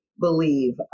believe